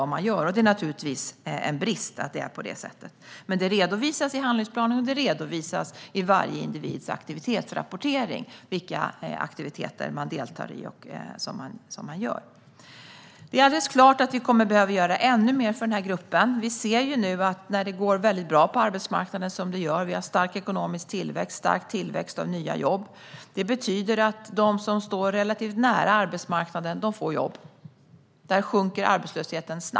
Det är givetvis en brist att det är så, men vilka aktiviteter man deltar i redovisas i handlingsplanen och i varje individs aktivitetsrapportering. Det är alldeles klart att vi kommer att behöva göra ännu mer för denna grupp. Nu går det bra på arbetsmarknaden; vi har stark ekonomisk tillväxt och stark tillväxt av nya jobb. Det betyder att de som står nära arbetsmarknaden får jobb.